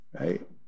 right